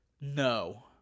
No